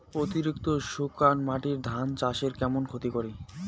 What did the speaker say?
অতিরিক্ত শুকনা মাটি ধান চাষের কেমন ক্ষতি করে?